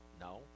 no